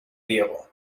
diego